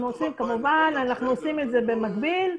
כמובן אנחנו עושים את זה במקביל.